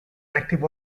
active